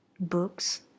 Books